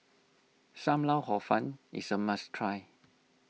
Sam Lau Hor Fun is a must try